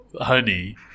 honey